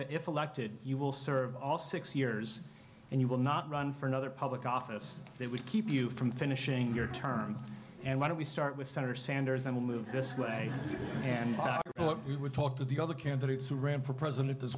that if elected you will serve all six years and you will not run for another public office that would keep you from finishing your term and why don't we start with senator sanders and we'll move this way and we would talk to the other candidates who ran for president as